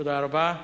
תודה רבה.